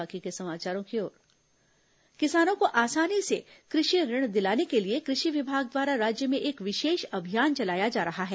किसान credit card किसानों को आसानी से कृषि ऋण दिलाने के लिए कृषि विभाग द्वारा राज्य में एक विशेष अभियान चलाया जा रहा है